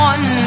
One